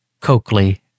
Coakley